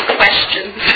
questions